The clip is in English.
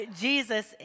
Jesus